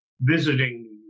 visiting